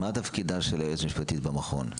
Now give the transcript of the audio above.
מה תפקידה של היועצת המשפטית במכון?